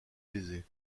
baiser